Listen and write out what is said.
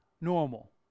normal